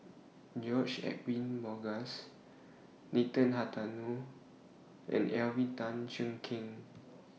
George Edwin Bogaars Nathan Hartono and Alvin Tan Cheong Kheng